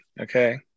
okay